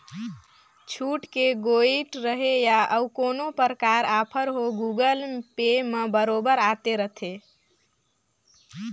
छुट के गोयठ रहें या अउ कोनो परकार आफर हो गुगल पे म बरोबर आते रथे